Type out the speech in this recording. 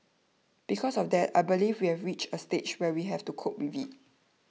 because of that I believe we have reached a stage where we have to cope with it